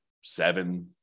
seven